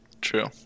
True